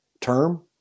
Term